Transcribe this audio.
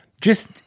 just-